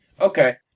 okay